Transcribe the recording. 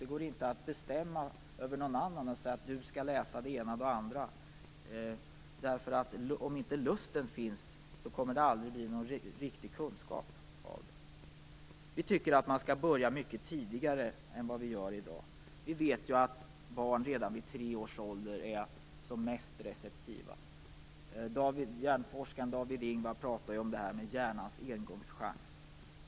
Det går inte att bestämma över någon annan och säga att han eller hon skall lära sig det ena eller det andra. Om inte lusten finns går det aldrig att få någon riktig kunskap. Vi tycker att man skall börja mycket tidigare än vad man gör i dag. Vi vet ju att barn redan vid tre års ålder är som mest receptiva. Hjärnforskaren David Ingvar talar om detta med hjärnans engångschans.